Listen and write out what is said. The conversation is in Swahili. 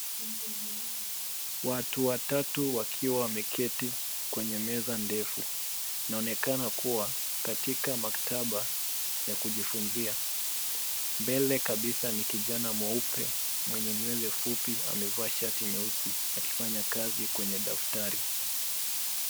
Watu watatu wakiwa wameketi kwenye meza ndefu inaonekana kuwa katika maktaba ya kujifunzia. Mbele kabisa ni kijana mweupe mwenye nywele fupi amevaa shati nyeusi akifanya kazi kwenye daftari.